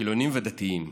חילונים ודתיים,